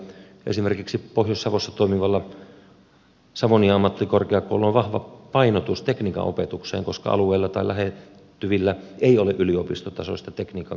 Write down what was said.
esimerkiksi pohjois savossa toimivalla savonia ammattikorkeakoululla on vahva painotus tekniikan opetukseen koska alueella tai lähettyvillä ei ole yliopistotasoista tekniikan koulutusta